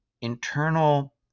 internal